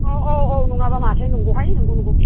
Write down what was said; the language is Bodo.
औ औ औ नङाबा माथो नंगौहाय नंगौ नंगौ